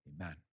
amen